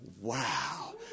Wow